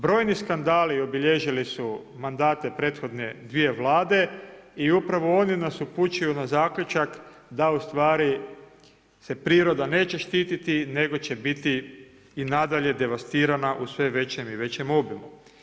Brojni skandali obilježili su mandate prethodne dvije Vlade i upravo oni nas upućuju na zaključka da ustvari se priroda neće štiti nego će biti i nadalje devastirana u sve većem i većem obimu.